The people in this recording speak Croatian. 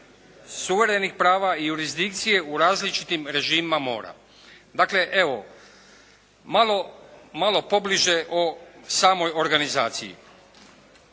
suverenih prava i jurisdikcije u različitim režimima mora. Dakle, evo, malo pobliže o samoj organizaciji.